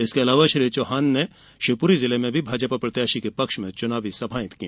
इसके अलावा श्री चौहान ने शिवपुरी जिले में भी भाजपा प्रत्याशी के पक्ष में चुनावी सभाएं की